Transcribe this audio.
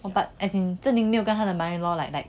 but as in zheng ming 没有跟他的 mother in law fight back